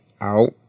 out